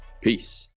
Peace